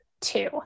two